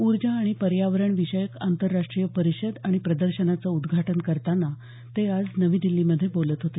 ऊर्जा आणि पर्यावरण विषयक आंतरराष्टीय परिषद आणि प्रदर्शनाचं उद्घाटन करताना ते आज नवी दिल्लीमध्ये बोलत होते